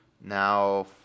now